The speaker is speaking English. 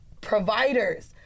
providers